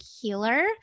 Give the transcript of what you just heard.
healer